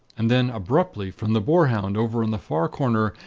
and then, abruptly, from the boarhound over in the far corner,